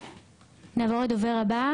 נעבור לדובר הבא